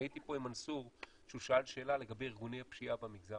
אני הייתי פה עם מנסור כשהוא שאל שאלה לגבי ארגוני הפשיעה במגזר